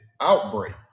outbreak